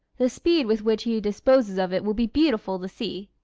the speed with which he disposes of it will be beautiful to see!